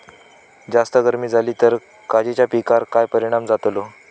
जास्त गर्मी जाली तर काजीच्या पीकार काय परिणाम जतालो?